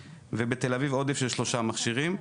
ובתל אביב עודף של שלושה מכשירים.